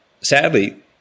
sadly